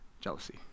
Jealousy